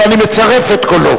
לכן אני מצרף את קולו.